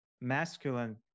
masculine